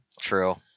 True